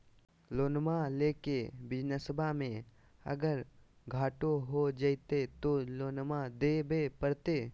लोनमा लेके बिजनसबा मे अगर घाटा हो जयते तो लोनमा देवे परते?